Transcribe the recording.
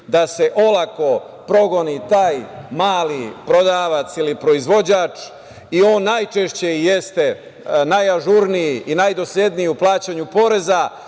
da se olako progoni taj mali prodavac ili proizvođač i on najčešće i jeste najažurniji i najdosledniji u plaćanju poreza